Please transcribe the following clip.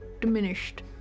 diminished